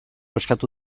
eskatu